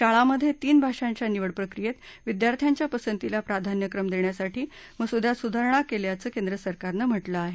शाळांमधे तीन भाषांच्या निवडप्रक्रियेत विद्यार्थ्यांच्या पसंतीला प्राधान्यक्रम देण्यासाठी मसुद्यात सुधारणा केल्याचं केंद्रसरकारनं म्हटलं आहे